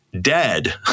dead